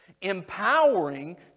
Empowering